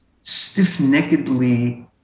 stiff-neckedly